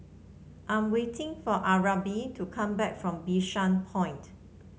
I am waiting for Arnav to come back from Bishan Point